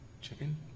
chicken